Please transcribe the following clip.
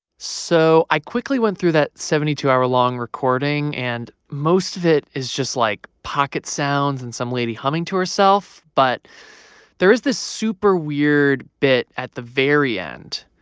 so i quickly went through that seventy two hour long recording. and most of it is just, like, pocket sounds and some lady humming to herself. but there is this super weird bit at the very end.